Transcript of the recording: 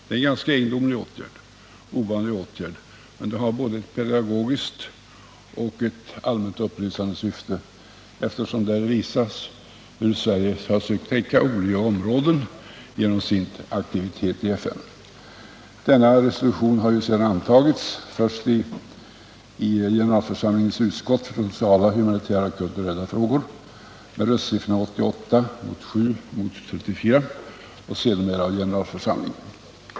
Det är en ganska ovanlig åtgärd, men den har både ett pedagogiskt och ett allmänt upplysande syfte, eftersom det därigenom visas hur Sverige genom sin aktivitet i FN försökt täcka olika områden. Resolutionen har ju sedan antagits, först i generalförsamlingens utskott för sociala, humanitära och kulturella frågor med röstsiffrorna 88-7-34 och sedan i generalförsamlingen.